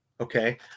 Okay